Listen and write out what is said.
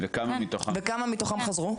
וכמה מתוכם חזרו?